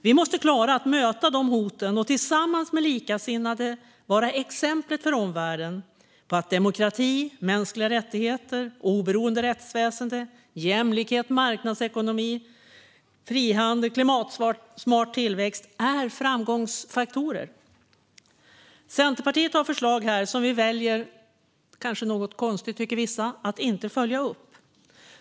Vi måste klara att möta dessa hot och tillsammans med likasinnade vara exemplet för omvärlden på att demokrati, mänskliga rättigheter, oberoende rättsväsen, jämlikhet, marknadsekonomi, frihandel och klimatsmart tillväxt är framgångsfaktorer. Centerpartiet har förslag här som vi väljer att inte följa upp, vilket vissa kanske tycker är lite konstigt.